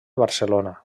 barcelona